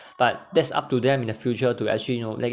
but that's up to them in the future to actually you know they